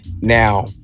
Now